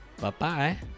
Bye-bye